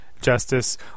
justice